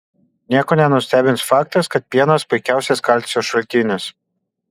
nieko nenustebins faktas kad pienas puikiausias kalcio šaltinis